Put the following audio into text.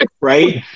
Right